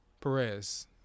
Perez